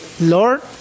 Lord